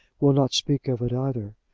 will not speak of it either.